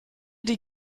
die